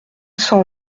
cent